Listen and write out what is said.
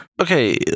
Okay